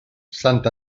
sant